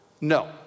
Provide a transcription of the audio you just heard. No